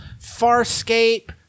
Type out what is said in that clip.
Farscape